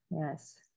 yes